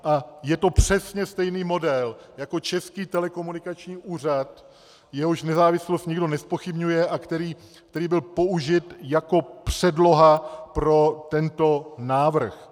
A je to přesně stejný model jako Český telekomunikační úřad, jehož nezávislost nikdo nezpochybňuje a který byl použit jako předloha pro tento návrh.